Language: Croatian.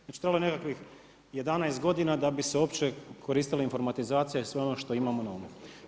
Znači trebalo je nekakvih 11 godina da se uopće koristila informatizacija i sve ono što imamo na umu.